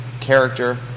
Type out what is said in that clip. character